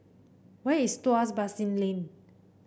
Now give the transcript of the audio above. where is Tuas Basin Lane